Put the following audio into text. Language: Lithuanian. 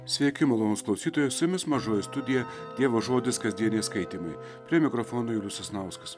sveiki malonūs klausytojai su jumis mažoji studija dievo žodis kasdieniai skaitymai prie mikrofono julius sasnauskas